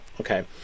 Okay